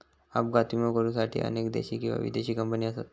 अपघात विमो करुसाठी अनेक देशी किंवा विदेशी कंपने असत